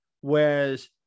Whereas